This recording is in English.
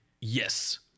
yes